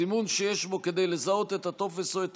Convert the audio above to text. סימון שיש בו כדי לזהות את הטופס או את